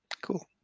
Cool